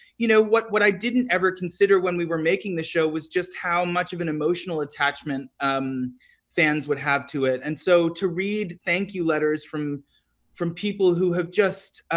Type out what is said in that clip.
you know, what what i didn't ever consider when we were making the show was just how much of an emotional attachment um fans would have to it. and so to read thank you letters from from people who have just,